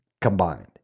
combined